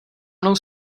mnou